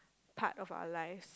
part of our lives